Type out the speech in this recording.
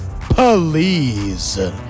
police